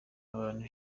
abantu